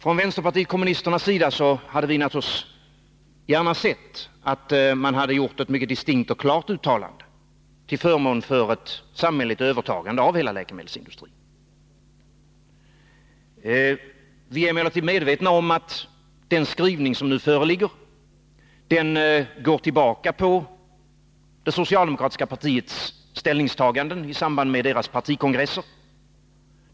Från vänsterpartiet kommunisternas sida hade vi naturligtvis gärna sett att man hade gjort ett mycket distinkt och klart uttalande till förmån för ett samhälleligt övertagande av hela läkemedelsindustrin. Vi är emellertid medvetna om att den skrivning som nu föreligger går tillbaka på det socialdemokratiska partiets ställningstaganden i samband med dess partikongresser.